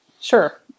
sure